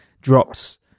drops